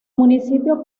municipio